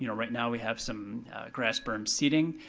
you know right now we have some grass berm seating.